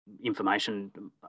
information